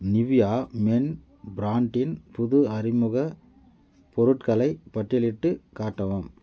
Nivea men பிராண்டின் புது அறிமுகப் பொருட்களை பட்டியலிட்டுக் காட்டவும்